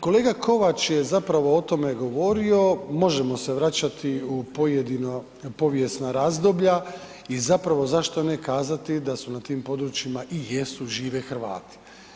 Kolega Kovač je zapravo o tome govorio, možemo se vraćati u pojedina povijesna razdoblja i zapravo, zašto ne kazati da su na tim područjima i jesu i žive Hrvati.